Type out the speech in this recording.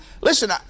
Listen